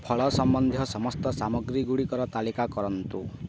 ଫଳ ସମ୍ବନ୍ଧୀୟ ସମସ୍ତ ସାମଗ୍ରୀଗୁଡ଼ିକର ତାଲିକା କରନ୍ତୁ